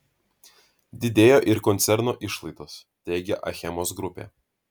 didėjo ir koncerno išlaidos teigia achemos grupė